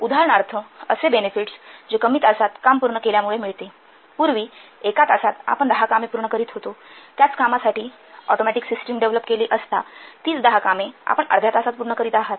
उदाहरणार्थ असे बेनेफिट्स जे कमी तासात काम पूर्ण केल्यामुळे मिळते पूर्वी एका तासात आपण १० कामे पूर्ण करीत होतो त्याच कामांसाठी ऑटोमॅटिक सिस्टिम डेव्हलप केले असता तीच १० कामे आपण अर्ध्या तासात पूर्ण करीत आहात